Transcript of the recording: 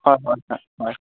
হয় হয় হয় হয়